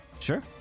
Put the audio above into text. Sure